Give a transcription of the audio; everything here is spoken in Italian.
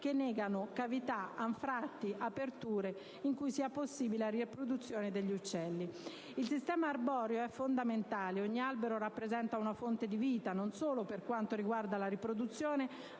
che negano cavità, anfratti e aperture in cui sia possibile la riproduzione degli uccelli. Il sistema arboreo è fondamentale: ogni albero rappresenta una fonte di vita, per quanto riguarda non solo la riproduzione